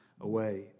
away